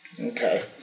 Okay